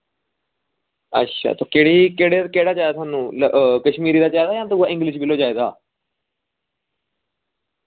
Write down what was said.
अच्छा तो केह्ड़ी केह्ड़े केह्ड़ा चाहिदा थुहानू कश्मीरी दा चाहिदा यां दुआ इंग्लिश चाहिदा